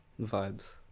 vibes